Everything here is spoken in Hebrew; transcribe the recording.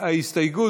ההסתייגות